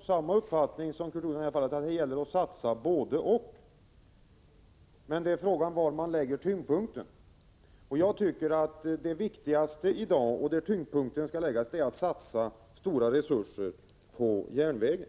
samma uppfattning som Kurt Hugosson, nämligen att det gäller att satsa både—-och, men frågan är var man lägger tyngdpunkten. Jag tycker att det viktigaste i dag är att satsa stora resurser på järnvägen.